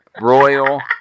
Royal